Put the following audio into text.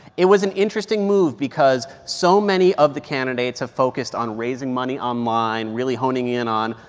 it was an interesting move because so many of the candidates have focused on raising money online, really honing in on,